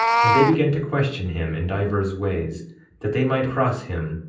and they began to question him in divers ways that they might cross him,